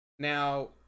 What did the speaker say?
Now